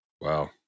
Wow